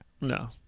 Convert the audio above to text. No